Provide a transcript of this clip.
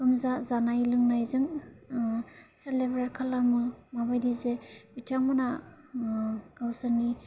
गोमजा जानाय लोंनायजों सिलेब्रेत खालामो माबायदि जे बिथांमोना गावसोरनि